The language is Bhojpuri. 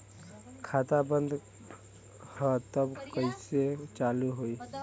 खाता बंद ह तब कईसे चालू होई?